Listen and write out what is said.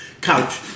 couch